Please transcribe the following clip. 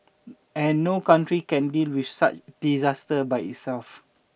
and no country can deal with such disaster by itself